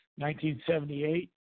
1978